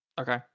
Okay